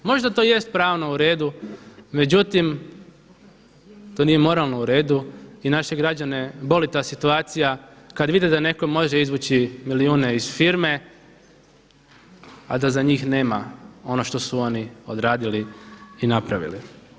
Možda to jest pravno u redu, međutim to nije moralno u redu i naše građane boli ta situacija kada vide da netko može izvući milijune iz firme, a da za njih nema ono što su oni odradili i napravili.